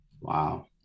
Wow